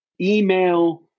email